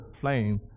flame